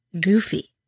Goofy